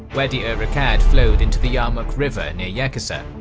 wadi-ur-raqqad flowed into the yarmouk river near yaqusa.